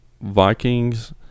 Vikings